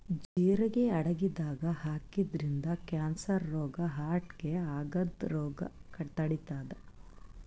ಜಿರಗಿ ಅಡಗಿದಾಗ್ ಹಾಕಿದ್ರಿನ್ದ ಕ್ಯಾನ್ಸರ್ ರೋಗ್ ಹಾರ್ಟ್ಗಾ ಆಗದ್ದ್ ರೋಗ್ ತಡಿತಾದ್